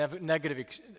negative